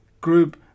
group